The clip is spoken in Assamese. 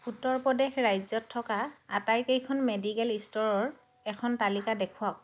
উত্তৰ প্ৰদেশ ৰাজ্যত থকা আটাইকেইখন মেডিকেল ষ্ট'ৰৰ এখন তালিকা দেখুৱাওক